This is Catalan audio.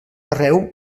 arreu